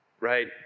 right